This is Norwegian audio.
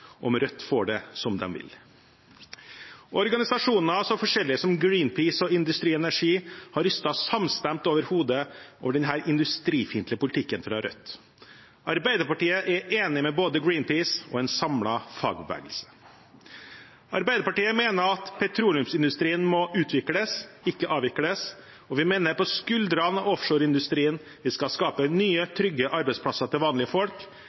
om Rødt får det som de vil. Organisasjoner så forskjellige som Greenpeace og Industri Energi har ristet samstemt på hodet over denne industrifiendtlige politikken fra Rødt. Arbeiderpartiet er enig med både Greenpeace og en samlet fagbevegelse. Arbeiderpartiet mener at petroleumsindustrien må utvikles, ikke avvikles, og vi mener det er på skuldrene av offshoreindustrien vi skal skape nye, trygge arbeidsplasser til vanlige folk,